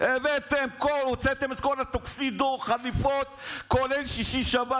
הוצאתם את כל הטוקסידו, חליפות, כולל שישי-שבת.